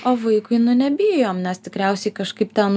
o vaikui nu nebijom nes tikriausiai kažkaip ten